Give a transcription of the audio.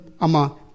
Ama